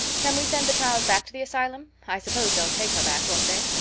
can we send the child back to the asylum? i suppose they'll take her back, won't they?